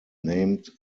named